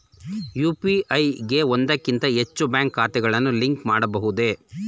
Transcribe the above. UPI ಗೆ ಒಂದಕ್ಕಿಂತ ಹೆಚ್ಚು ಬ್ಯಾಂಕ್ ಖಾತೆಗಳನ್ನು ಲಿಂಕ್ ಮಾಡಬಹುದೇ?